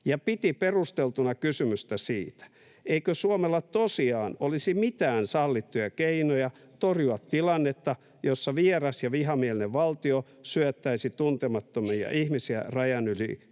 ja piti perusteltuna kysymystä siitä, eikö Suomella tosiaan olisi mitään sallittuja keinoja torjua tilannetta, jossa vieras ja vihamielinen valtio syöttäisi tuntemattomia ihmisiä rajan yli kuinka